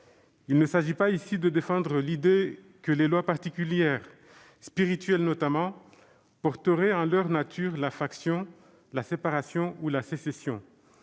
Il ne s'agit pas ici de défendre l'idée que les lois particulières, spirituelles notamment, porteraient en leur nature la faction, la séparation ou la sécession.